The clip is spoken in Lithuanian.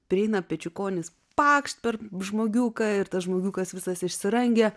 prieina pečiukonis pakšt per žmogiuką ir tas žmogiukas visas išsirangė